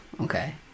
okay